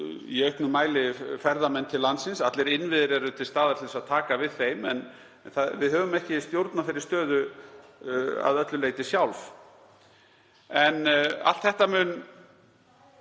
að fá að nýju ferðamenn til landsins. Allir innviðir eru til staðar til að taka við þeim, en við höfum ekki stjórn á þeirri stöðu að öllu leyti sjálf. En allt þetta mun